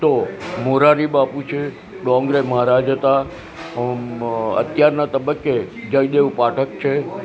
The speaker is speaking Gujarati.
તો મોરારી બાપુ છે ડોંગરે મહારાજ હતા અત્યારનાં તબક્કે જયદેવ પાઠક છે